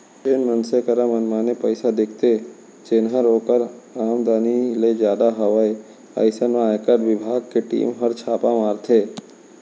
जेन मनसे करा मनमाने पइसा दिखथे जेनहर ओकर आमदनी ले जादा हवय अइसन म आयकर बिभाग के टीम हर छापा मारथे